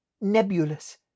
nebulous